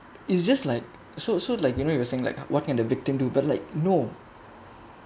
it's just like so so like you know you were saying like what can the victim do but like no